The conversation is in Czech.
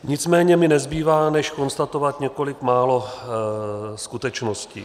Nicméně mi nezbývá než konstatovat několik málo skutečností.